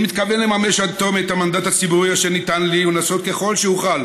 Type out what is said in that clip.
אני מתכוון לממש עד תום את המנדט הציבורי אשר ניתן לי ולנסות ככל שאוכל